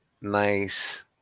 nice